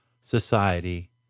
society